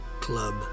Club